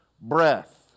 breath